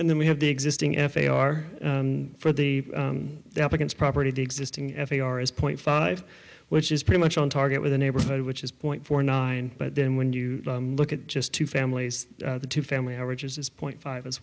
and then we have the existing f a r for the applicants property the existing f a r s point five which is pretty much on target with a neighborhood which is point four nine but then when you look at just two families the two family averages is point five as